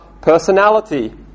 personality